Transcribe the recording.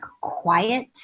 quiet